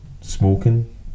smoking